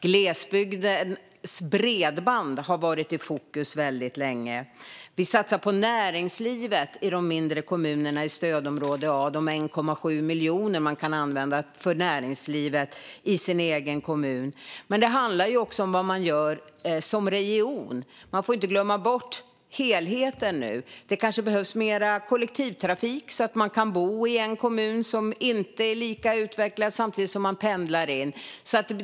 Glesbygdens bredband har varit i fokus väldigt länge. Vi satsar på näringslivet i de mindre kommunerna i stödområde A. Det är 1,7 miljoner som man kan använda för näringslivet i sin egen kommun. Men det handlar också om vad man gör som region. Man får inte glömma bort helheten nu. Det kanske behövs mer kollektivtrafik så att man kan bo i en kommun som inte är lika utvecklad och pendla till en annan.